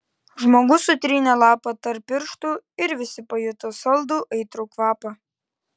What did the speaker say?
žmogus sutrynė lapą tarp pirštų ir visi pajuto saldų aitrų kvapą